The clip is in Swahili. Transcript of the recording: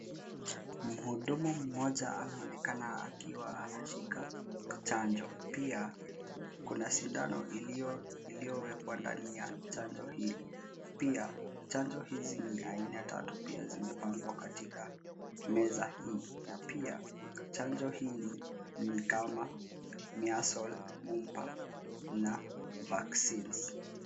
Mhudumu mmoja anaonekana akiwa anashika chanjo. Pia kuna sindano iliyowekwa ndani ya chanjo hili. Pia chanjo hizi ni aina tatu pia zimepangwa katika meza hii na pia chanjo hii ni kama measles , mumps na vaccines .